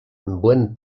buen